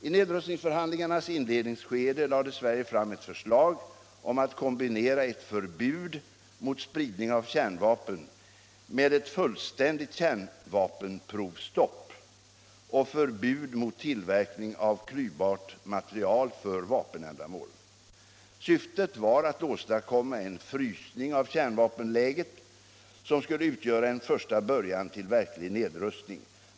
I nedrustningsförhandlingarnas inledningsskede lade Sverige fram ett förslag om att kombinera ett förbud mot spridning av kärnvapen med ett fullständigt kärnvapenprovstopp och förbud mot tillverkning av klyvbart material för vapenändamål. Syftet var att åstadkomma en frysning av kärnvapenläget som skulle utgöra en första början till verklig nedrustning.